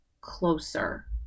closer